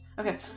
Okay